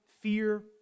fear